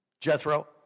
Jethro